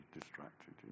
distracted